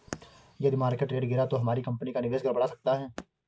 यदि market rate गिरा तो हमारी कंपनी का निवेश गड़बड़ा सकता है